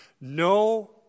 No